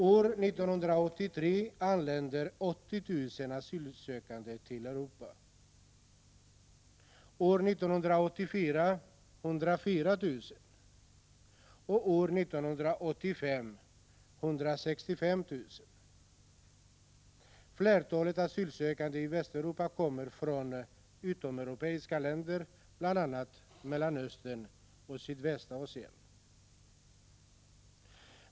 År 1983 anlände 80 000 asylsökande till Europa, år 1984 104 000 och år 1985 165 000. Flertalet asylsökande i Västeuropa kommer från utomeuropeiska länder, bl.a. från Mellanöstern och Sydvästasien.